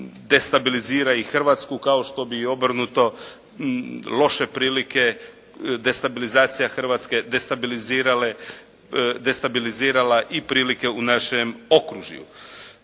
destabilizira i Hrvatsku kao što bi i obrnuto loše prilike, destabilizacija Hrvatske, destabilizirala i prilike u našem okružju.